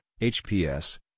HPS